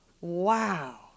Wow